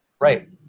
Right